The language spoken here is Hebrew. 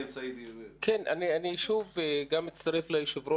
אני מצטרף לדברים.